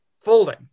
folding